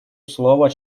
слово